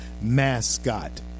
mascot